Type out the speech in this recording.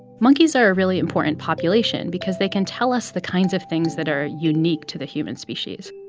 monkeys are a really important population because they can tell us the kinds of things that are unique to the human species